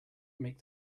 make